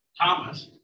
Thomas